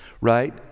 right